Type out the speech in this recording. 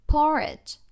Porridge